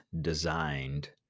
designed